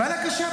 והייתה לה קשה,